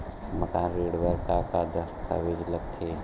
मकान ऋण बर का का दस्तावेज लगथे?